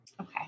Okay